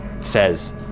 says